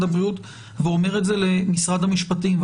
הבריאות ואומר את זה למשרד המשפטים.